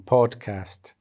Podcast